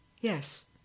Yes